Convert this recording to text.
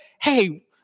hey